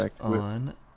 on